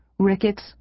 rickets